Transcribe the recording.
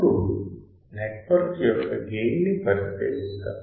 ఇప్పుడు నెట్వర్క్ యొక్క గెయిన్ ని పరిశీలిద్దాం